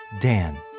Dan